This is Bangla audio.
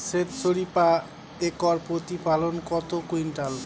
সেত সরিষা একর প্রতি প্রতিফলন কত কুইন্টাল?